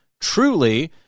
truly